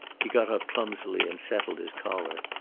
he got up clumsily and settled his collar.